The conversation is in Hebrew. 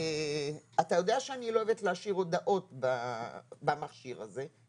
אתה יודע שאני לא אוהבת להשאיר הודעות במכשיר הזה,